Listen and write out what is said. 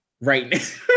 Right